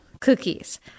cookies